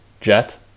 Jet